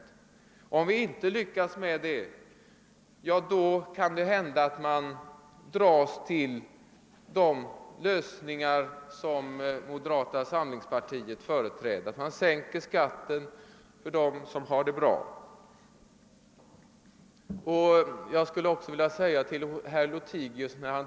Lyckas vi inte med detta kan det hända, att man dras till de lösningar som moderata samlingspartiet verkar för, nämligen sänkning av skatten för dem som har det bra. Med anledning av att herr Lothigius.